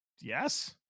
Yes